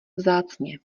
vzácně